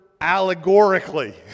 allegorically